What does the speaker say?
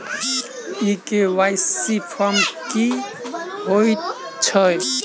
ई KYC form की हएत छै?